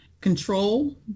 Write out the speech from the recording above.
Control